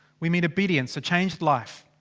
we mean obedience. a changed life.